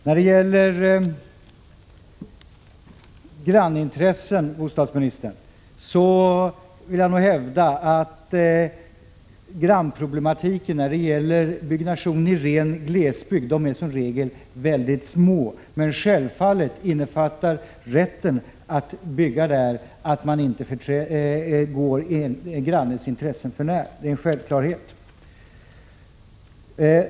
Fru talman! I fråga om grannintressen, bostadsministern, vill jag hävda att grannproblematiken när det gäller byggnation i ren glesbygd i regel är ytterst små. Men givetvis innefattar rätten att bygga där att man inte får gå grannens intressen för när — det är en självklarhet.